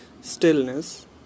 Stillness